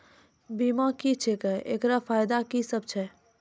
बीमा की छियै? एकरऽ फायदा की सब छै?